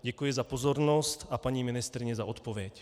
Děkuji za pozornost a paní ministryni za odpověď.